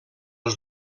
els